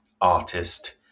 artist